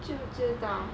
就知道